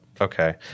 Okay